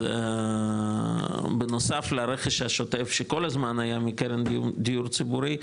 אז בנוסף לרכש השוטף שכל הזמן היה מקרן דיור ציבורי,